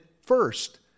first